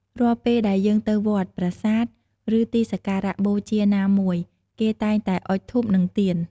រាល់ពេលដែលយើងទៅវត្ត ប្រាសាទ ឬទីសក្ការៈបូជាណាមួយ គេតែងតែអុជធូប និងទៀន។